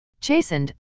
Chastened